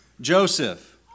Joseph